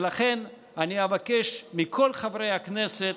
ולכן אני אבקש מכל חברי הכנסת